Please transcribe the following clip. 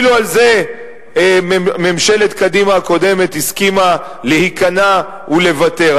ואפילו על זה ממשלת קדימה הקודמת הסכימה להיכנע ולוותר,